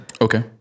Okay